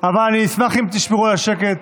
אבל אני אשמח אם תשמרו על השקט,